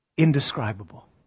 Indescribable